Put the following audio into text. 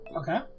Okay